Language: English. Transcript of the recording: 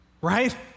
Right